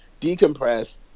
decompress